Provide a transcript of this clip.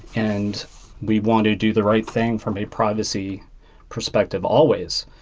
and we wanted to do the right thing from a privacy perspective always.